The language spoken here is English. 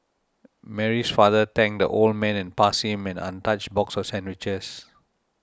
Mary's father thanked the old man and passed him an untouched box of sandwiches